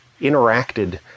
interacted